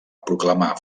proclamar